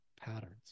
patterns